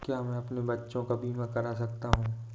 क्या मैं अपने बच्चों का बीमा करा सकता हूँ?